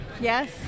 Yes